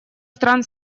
стран